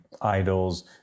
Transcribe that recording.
idols